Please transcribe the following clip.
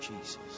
Jesus